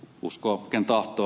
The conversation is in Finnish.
uskoo ken tahtoo